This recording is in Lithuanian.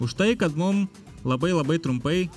už tai kad mum labai labai trumpai